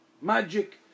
magic